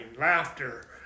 laughter